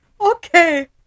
Okay